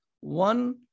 one